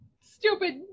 stupid